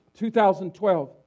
2012